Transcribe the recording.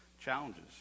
challenges